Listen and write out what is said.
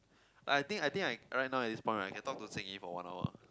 I think I think I right now respond right can talk to Xin-Yi for one hour